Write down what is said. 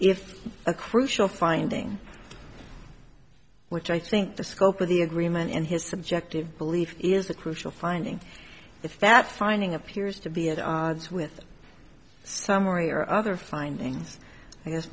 if a crucial finding which i think the scope of the agreement and his subjective belief is a crucial finding if that finding appears to be at odds with some way or other findings i guess